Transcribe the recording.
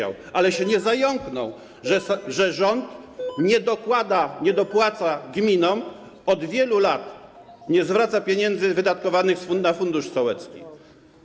Ale się nie zająknął, że rząd nie dokłada, nie dopłaca gminom, od wielu lat nie zwraca pieniędzy wydatkowanych na fundusz sołecki.